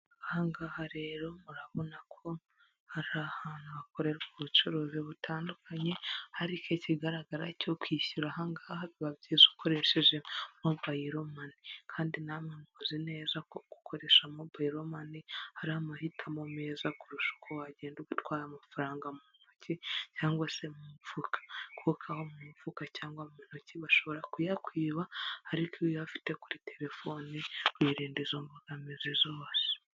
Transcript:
Aha ngaha rero murabona ko hari ahantu hakorerwa ubucuruzi butandukanye ariko ikigaragara cyo kwishyira aha biba byiza ukoresheje mobiyiro mane, kandi namwe muzi neza kokoresha mobiro mane ari amahitamo meza kurusha uko wagenda utwaye amafaranga mu ntoki cyangwa se mu mufuka, kuko aho mu mufuka cyangwa mu ntoki bashobora kuyakwiba, ariko iyo uyafite kuri terefoni wirinda izo mbogamizi zose.